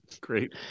Great